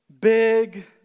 big